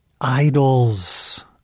idols